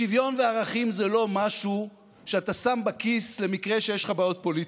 שוויון וערכים זה לא משהו שאתה שם בכיס למקרה שיש לך בעיות פוליטיות.